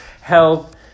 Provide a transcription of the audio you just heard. help